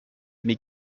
mais